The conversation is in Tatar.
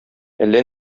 әллә